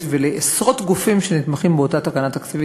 ולעשרות גופים שנתמכים באותה תקנה תקציבית,